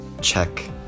check